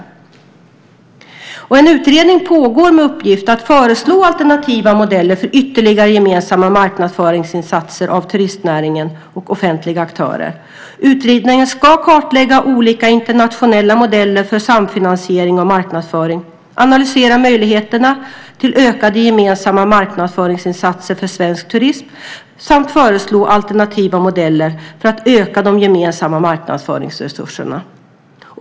En utredning pågår med uppgift att föreslå alternativa modeller för ytterligare gemensamma marknadsföringsinsatser för turistnäringen och offentliga aktörer. Utredningen ska kartlägga olika internationella modeller för samfinansiering av marknadsföring, analysera möjligheterna till ökade gemensamma marknadsföringsinsatser för svensk turism samt föreslå alternativa modeller för att öka de gemensamma marknadsföringsresurserna.